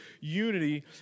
unity